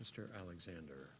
mr alexander